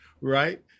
right